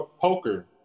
poker